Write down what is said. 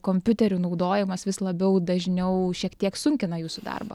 kompiuterių naudojimas vis labiau dažniau šiek tiek sunkina jūsų darbą